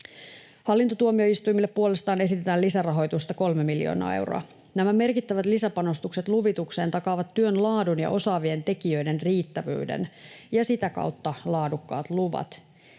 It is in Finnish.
Hallintotuomioistuimille puolestaan esitetään lisärahoitusta 3 miljoonaa euroa. Nämä merkittävät lisäpanostukset luvitukseen takaavat työn laadun ja osaavien tekijöiden riittävyyden ja sitä kautta laadukkaat luvat.